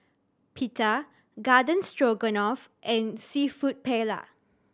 Pita Garden Stroganoff and Seafood Paella